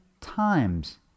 times